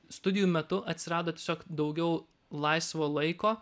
studijų metu atsirado tiesiog daugiau laisvo laiko